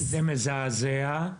זה מזעזע.